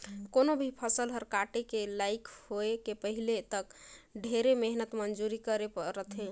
कोनो भी फसल हर काटे के लइक के होए के पहिले तक ढेरे मेहनत मंजूरी करे रथे